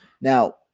Now